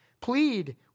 Plead